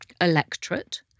electorate